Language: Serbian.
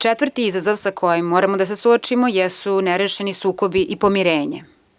Četvrti izazov sa kojim moramo da se suočimo jesu nerešeni sukobi i pomirenja.